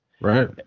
Right